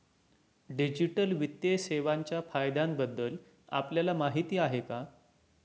Digital वित्तीय सेवांच्या फायद्यांबद्दल आपल्याला माहिती आहे का?